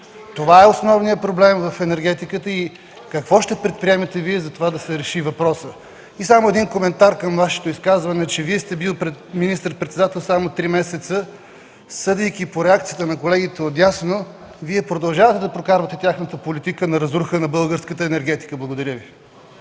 Това е основният проблем в енергетиката и какво ще предприемете Вие, за това да се реши въпросът. Само един коментар към Вашето изказване, че Вие сте бил министър-председател само три месеца. Съдейки по реакцията, на колегите отдясно, Вие продължавате да прокарвате тяхната политика на разруха на българската енергетика. Благодаря Ви.